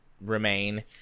remain